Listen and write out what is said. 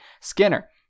Skinner